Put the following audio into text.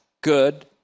good